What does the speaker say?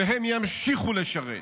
והם ימשיכו לשרת,